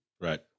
Right